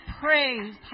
praise